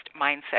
mindset